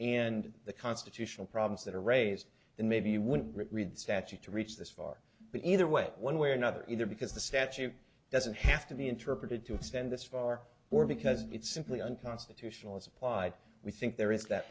and the constitutional problems that are raised then maybe you wouldn't read statute to reach this far but either way one way or another either because the statute doesn't have to be interpreted to extend this far or because it's simply unconstitutional as applied we think there is that